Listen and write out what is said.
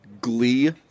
glee